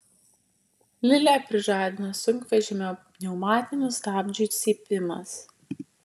lilę prižadino sunkvežimio pneumatinių stabdžių cypimas